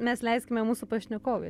mes leiskime mūsų pašnekovui